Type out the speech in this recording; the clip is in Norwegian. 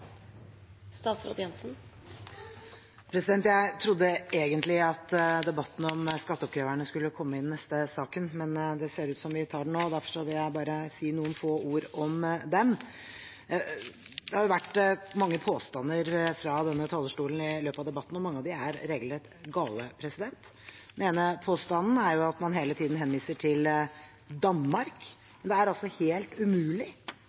saken, men det ser ut til at vi tar den nå, derfor vil jeg bare si noen få ord om den. Det har vært mange påstander fra denne talerstolen i løpet av debatten, og mange av dem er regelrett gale. Den ene påstanden gjelder det at man hele tiden henviser til Danmark. Det er helt umulig